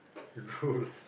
drool